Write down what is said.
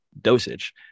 dosage